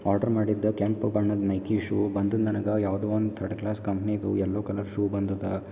order ಮಾಡಿದ್ದೆ ಕೆಂಪು ಬಣ್ಣದ ನೈಕಿ ಶೂ ಬಂದದ ನನಗೆ ಯಾವುದೋ ಒಂದು ತರ್ಡ್ ಕ್ಲಾಸ್ ಕಂಪ್ನಿದು ಎಲ್ಲೊ ಕಲರ್ ಶೂ ಬಂದದೆ